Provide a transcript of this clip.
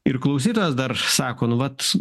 ir klausytojas dar sako nu vat